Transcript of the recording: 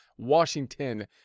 Washington